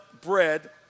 bread